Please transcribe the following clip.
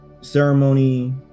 ceremony